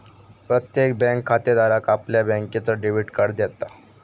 प्रत्येक बँक खातेधाराक आपल्या बँकेचा डेबिट कार्ड देता